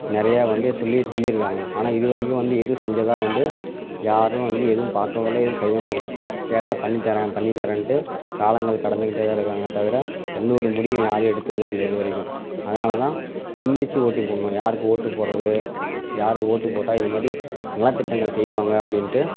நிறையா வந்து சொல்லி சொல்லிருக்காங்கள் ஆனால் இது வரைக்கும் வந்து எதுவும் செஞ்சதான் வந்து யாரும் வந்து எதுவும் பார்க்கவும் இல்லை எதுவும் செய்யவும் இல்லை கேட்டால் பண்ணித் தர்றேன் பண்ணித் தர்றேன்ட்டு காலங்கள் கடந்துக்கிட்டே தான் இருக்காங்களே தவர எந்த ஒரு முடிவும் யாரும் எடுத்ததே இல்லை இது வரைக்கும் அதனால் தான் சிந்திச்சி ஓட்டுப் போடணும் யாருக்கு ஓட்டுப் போடுறது யாரு ஓட்டுப் போட்டால் இது மாதிரி நல திட்டங்கள் செய்வாங்கள் அப்படின்ட்டு